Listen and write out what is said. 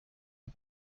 the